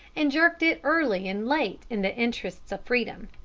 and jerked it early and late in the interests of freedom.